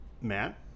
Matt